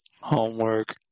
Homework